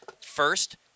first